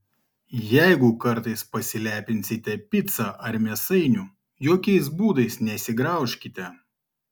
jeigu kartais pasilepinsite pica ar mėsainiu jokiais būdais nesigraužkite